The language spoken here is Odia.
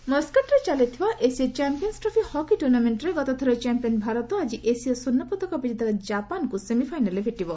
ହକି ମସ୍କାଟ୍ରେ ଚାଲିଥିବା ଏସୀୟ ଚମ୍ପିୟନ୍ୱ ଟ୍ରଫି ହକି ଟୁର୍ଣ୍ଣାମେଣ୍ଟ୍ରେ ଗତଥରର ଚାମ୍ପିୟନ୍ ଭାରତ ଆଜି ଏସୀୟ ସ୍ୱର୍ଷପଦକ ବିଜେତା ଜାପାନକୁ ସେମିଫାଇନାଲ୍ରେ ଭେଟିବ